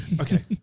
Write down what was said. Okay